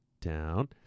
Down